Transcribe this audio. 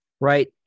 right